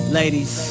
ladies